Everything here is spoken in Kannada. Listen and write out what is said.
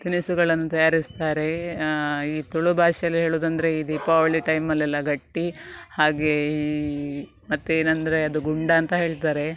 ತಿನಿಸುಗಳನ್ನು ತಯಾರಿಸ್ತಾರೆ ಈ ತುಳು ಭಾಷೆಯಲ್ಲಿ ಹೇಳುವುದಂದ್ರೆ ಈ ದೀಪಾವಳಿ ಟೈಮಲೆಲ್ಲ ಗಟ್ಟಿ ಹಾಗೇ ಮತ್ತು ಏನೆಂದ್ರೆ ಅದು ಗುಂಡ ಅಂತ ಹೇಳ್ತಾರೆ